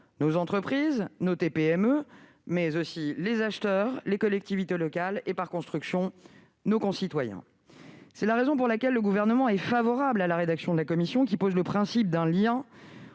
nos entreprises, nos TPE et PME, mais aussi les acheteurs, les collectivités locales et, par construction, nos concitoyens. C'est la raison pour laquelle le Gouvernement est favorable à la rédaction proposée par la commission, qui pose le principe d'un lien